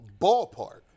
ballpark